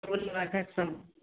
phone राखै छिअ हम